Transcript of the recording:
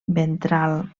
ventral